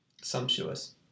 Sumptuous